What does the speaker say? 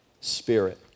spirit